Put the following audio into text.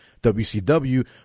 WCW